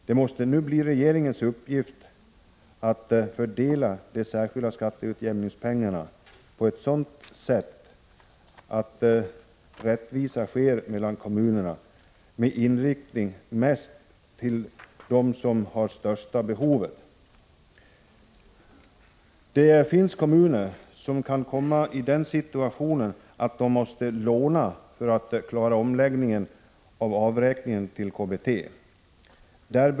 Det måste nu bli regeringens uppgift att fördela de särskilda skatteutjämningspengarna på ett rättvist sätt mellan kommunerna, med inriktningen att de som har det största behovet skall få mest. Det finns kommuner som kan komma i den situationen att de måste låna för att klara omläggningen av avräkningen till KBT.